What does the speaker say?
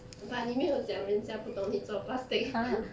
but 你没有讲人家不懂你做 plastic